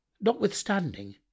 Notwithstanding